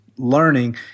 Learning